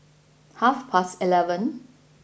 half past eleven